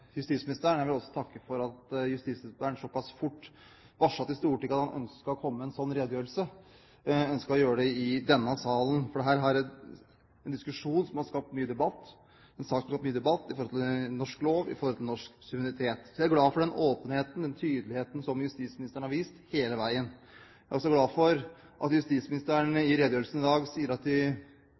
justisministeren. Jeg vil også takke for at justisministeren såpass fort varslet Stortinget om at han ønsket å komme med en slik redegjørelse, og ønsket å gjøre det i denne salen. Dette er en sak som har skapt mye debatt i forhold til norsk lov og i forhold til norsk suverenitet. Jeg er glad for den åpenheten og tydeligheten som justisministeren har vist hele veien. Jeg er også glad for at justisministeren i redegjørelsen i dag sier at det materialet – de